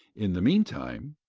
in the mean time,